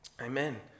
Amen